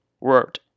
word